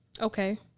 Okay